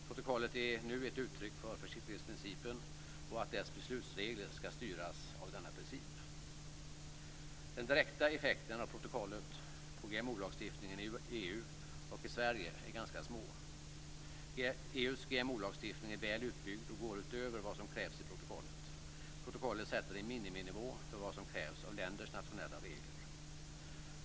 Protokollet är nu ett uttryck för försiktighetsprincipen och att dess beslutsregler ska styras av denna princip. lagstiftningen i EU och i Sverige är ganska små. EU:s GMO-lagstiftning är väl utbyggd och går utöver vad som krävs i protokollet. Protokollet sätter en miniminivå för vad som krävs av länders nationella regler.